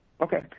Okay